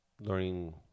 learning